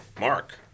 Mark